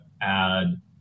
add